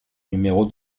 numéro